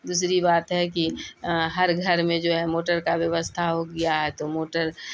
دوسری بات ہے کہ ہر گھر میں جو ہے موٹر کا ووستھا ہو گیا ہے تو موٹر